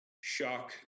shock